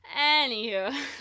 Anywho